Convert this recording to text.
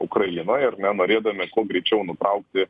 ukrainoj ar ne norėdami kuo greičiau nutraukti